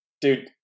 Dude